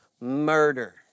murder